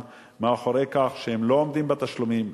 מאחורי העניין שהם לא עומדים בתשלומים,